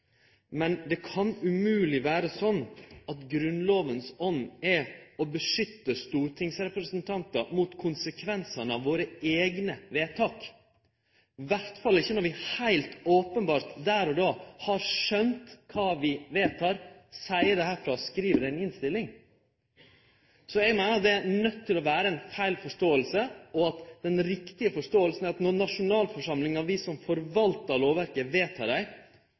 Men det kan umogleg vere sånn at Grunnlovas ånd er å beskytte stortingsrepresentantar mot konsekvensane av våre eigne vedtak, iallfall ikkje når vi heilt openbert der og då har skjønt kva vi vedtek, seier det herfrå og skriv det i ei innstilling. Så eg meiner at det er nøydt til å vere ei feil forståing, og at den riktige forståinga er at når nasjonalforsamlinga – vi som forvaltar lovverket